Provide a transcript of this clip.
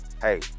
hey